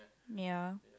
ya